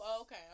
okay